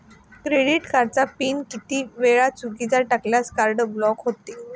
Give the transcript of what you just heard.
Credit कार्डचा PIN किती वेळा चुकीचा टाकल्यास कार्ड ब्लॉक होते?